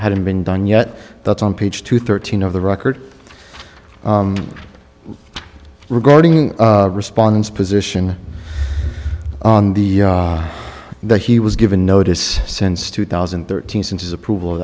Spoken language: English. hadn't been done yet that's on page two thirteen of the record regarding respondents position on the that he was given notice since two thousand and thirteen since his approval